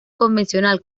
convencional